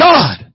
God